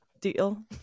deal